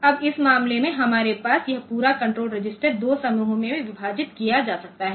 अब इस मामले में हमारे पास यह पूरा कण्ट्रोल रजिस्टर 2 समूहों में विभाजित किया जा सकता है